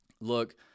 look